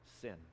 sin